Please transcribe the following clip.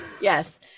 Yes